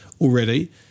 already